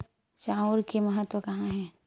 चांउर के महत्व कहां हे?